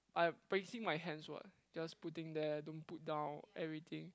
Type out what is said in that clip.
I'm placing my hands what just putting there don't put down everything